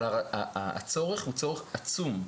אבל הצורך הוא צורך עצום,